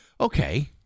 Okay